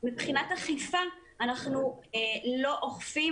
מבחינת אכיפה אנחנו לא אוכפים,